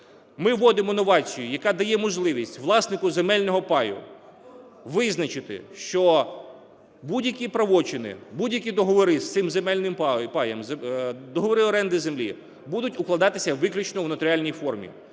Ми вводимо новацію, яка дає можливість власнику земельного паю визначити, що будь-які правочини, будь-які договори з цим земельним паєм, договори оренди землі будуть укладатися виключно у нотаріальній формі.